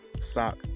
sock